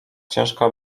ciężka